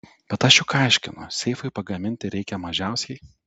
bet aš juk aiškinu seifui pagaminti reikia mažiausiai